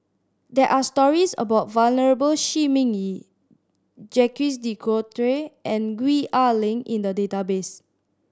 there are stories about Venerable Shi Ming Yi Jacques De Coutre and Gwee Ah Leng in the database